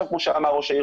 כמו שאמר ראש העיר,